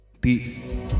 peace